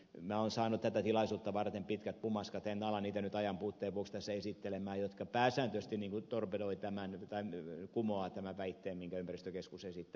minä olen saanut tätä tilaisuutta varten pitkät pumaskat en ala niitä nyt ajan puutteen vuoksi tässä esitellä jotka pääsääntöisesti torpedoivat tai kumoavat tämän väitteen jonka ympäristökeskus esittää